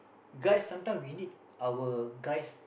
guys sometime we need our guys